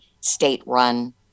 state-run